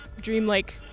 dreamlike